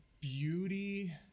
beauty